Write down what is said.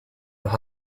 los